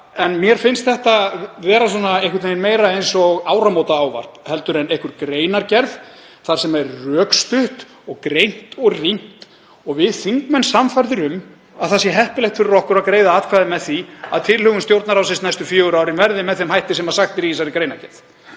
en mér finnst þetta vera einhvern veginn meira eins og áramótaávarp heldur en greinargerð þar sem er rökstutt og greint og rýnt og við þingmenn sannfærðir um að það sé heppilegt fyrir okkur að greiða atkvæði með því að tilhögun Stjórnarráðsins næstu fjögur árin verði með þeim hætti sem sagt er í þessari greinargerð.